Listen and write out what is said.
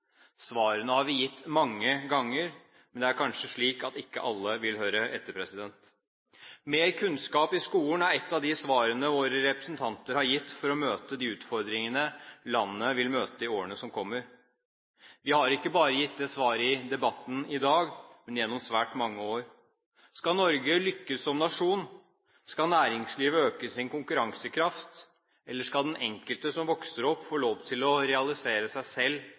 Svarene har vi gitt mange ganger, men det er kanskje slik at ikke alle vil høre etter. Mer kunnskap i skolen er ett av de svarene våre representanter har gitt for å møte de utfordringene landet vil møte i årene som kommer. Vi har ikke bare gitt det svaret i debatten i dag, men gjennom svært mange år. Skal Norge lykkes som nasjon, skal næringslivet øke sin konkurransekraft, eller skal den enkelte som vokser opp, få lov til å realisere seg selv